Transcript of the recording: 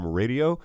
radio